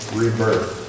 rebirth